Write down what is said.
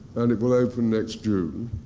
and it will open next june.